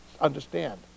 understand